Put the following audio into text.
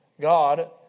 God